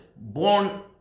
born